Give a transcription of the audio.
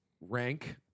rank